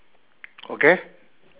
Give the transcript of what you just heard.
okay